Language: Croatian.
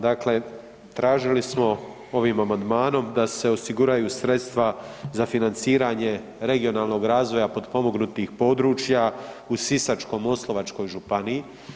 Dakle, tražili smo ovim amandmanom da se osiguraju sredstva za financiranje regionalnog razvoja potpomognutih područja u Sisačko-moslavačkoj županiji.